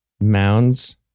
Mounds